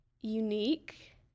unique